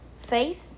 faith